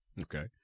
Okay